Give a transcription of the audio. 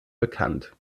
bekannt